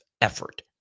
effort